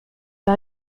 par